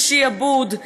של שעבוד.